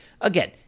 Again